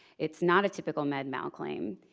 it's not a typical med mal claim,